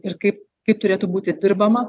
ir kaip kaip turėtų būti dirbama